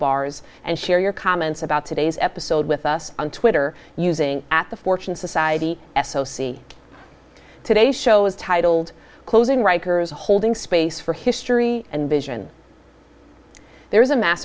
bars and share your comments about today's episode with us on twitter using at the fortune society s o c today's show is titled closing riker's a holding space for history and vision there is a mass